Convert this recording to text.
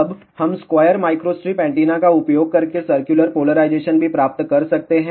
अब हम square microstrip antenna का उपयोग करके सर्कुलर पोलराइजेशन भी प्राप्त कर सकते हैं